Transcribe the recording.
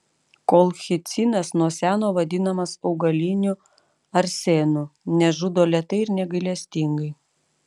kolchicinas nuo seno vadinamas augaliniu arsenu nes žudo lėtai ir negailestingai